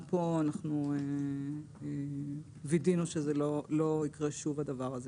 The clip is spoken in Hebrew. אנחנו וידאנו שהדבר הזה לא יקרה שוב.